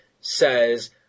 says